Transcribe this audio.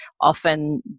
often